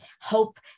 hope